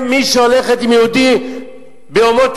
אומר את